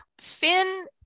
Finn